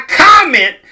comment